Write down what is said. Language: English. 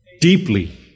deeply